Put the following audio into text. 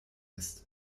ist